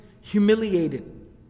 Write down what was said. humiliated